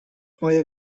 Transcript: moje